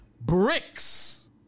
Bricks